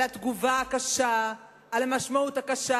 על התגובה הקשה, על המשמעות הקשה.